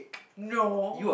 no